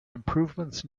improvements